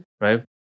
Right